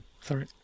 sorry